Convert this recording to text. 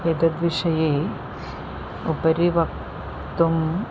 एतद्विषये उपरिवक्तुम्